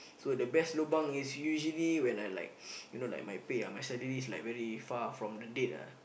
so the best lobang is usually when I like you know like my pay ah my salary is very far from the date ah